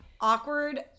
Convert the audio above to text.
awkward